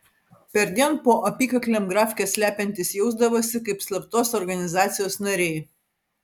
perdien po apykaklėm grafkes slepiantys jausdavosi kaip slaptos organizacijos nariai